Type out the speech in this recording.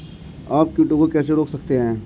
आप कीटों को कैसे रोक सकते हैं?